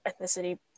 ethnicity